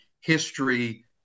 history